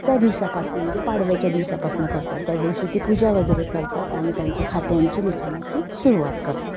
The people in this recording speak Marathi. त्या दिवसापासून म्हणजे पाडव्याच्या दिवसापासून करतात त्या दिवशी ती पूजा वगैरे करतात आणि त्यांच्या खात्यांची लिखाणाची सुरुवात करतात